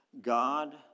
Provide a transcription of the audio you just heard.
God